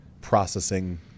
processing